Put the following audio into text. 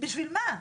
בשביל מה?